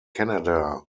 canada